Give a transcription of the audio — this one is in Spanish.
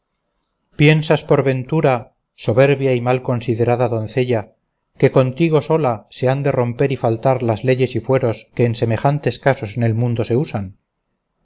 piensas por ventura soberbia y mal considerada doncella que contigo sola se han de romper y faltar las leyes y fueros que en semejantes casos en el mundo se usan